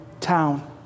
town